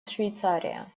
швейцария